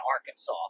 Arkansas